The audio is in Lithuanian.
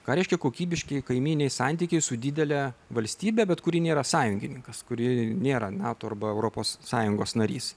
ką reiškia kokybiški kaimyniniai santykiai su didele valstybe bet kuri nėra sąjungininkas kurie nėra nato arba europos sąjungos narys